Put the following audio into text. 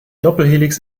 doppelhelix